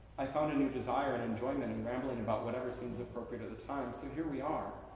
i found a new desire and enjoyment in rambling about whatever seems appropriate at the time. so here we are.